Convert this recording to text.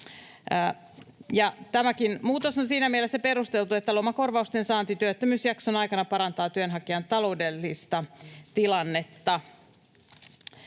tämäkin muutos on siinä mielessä perusteltu, että lomakorvausten saanti työttömyysjakson aikana parantaa työnhakijan taloudellista tilannetta.